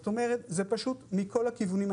זה פשוט מכל הכיוונים.